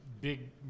big